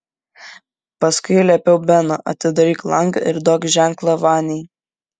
paskui liepiau beno atidaryk langą ir duok ženklą vaniai